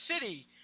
city